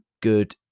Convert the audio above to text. good